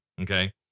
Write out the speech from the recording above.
Okay